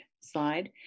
slide